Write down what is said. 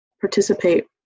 participate